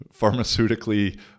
pharmaceutically